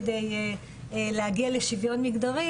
כדי להגיע לשוויון מגדרי.